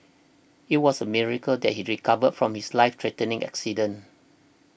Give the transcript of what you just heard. it was a miracle that he recovered from his life threatening accident